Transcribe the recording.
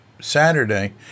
Saturday